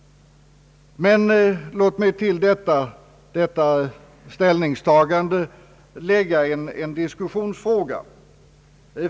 Men låt mig till detta lägga en diskussionsfråga.